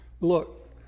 Look